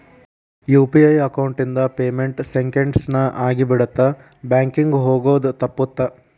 UPI account ಇಂದ payment seconds ನ ಆಗಿಬಿಡತ್ತ ಬ್ಯಾಂಕಿಂಗ್ ಹೋಗೋದ್ ತಪ್ಪುತ್ತ